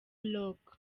rock